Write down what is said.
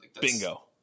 Bingo